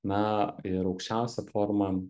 na ir aukščiausia forma